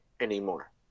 anymore